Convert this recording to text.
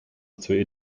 zur